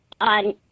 on